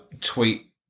tweet